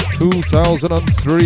2003